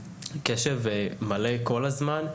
קשב מלא כל הזמן,